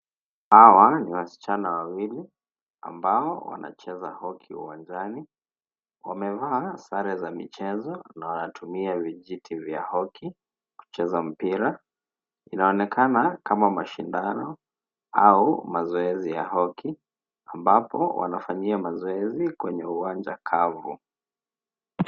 Hawa ni wasichana wawili ambao wanacheza Hockey uwanjani. Wamevaa sare za michezo na wanatumia vijiti vya Hockey kucheza mpira. Inaonekana kama mashindano au mazoezi ya Hockey ambapo wanafanyia mazoezi kwenye uwanja kavu.